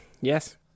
Yes